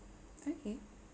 okay